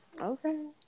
okay